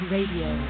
Radio